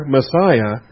Messiah